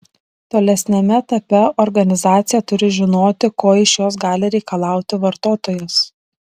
tolesniame etape organizacija turi žinoti ko iš jos gali reikalauti vartotojas